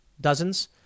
Dozens